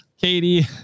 Katie